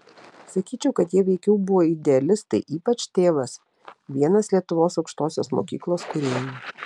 sakyčiau kad jie veikiau buvo idealistai ypač tėvas vienas lietuvos aukštosios mokyklos kūrėjų